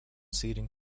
seating